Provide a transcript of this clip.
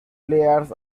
players